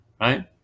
right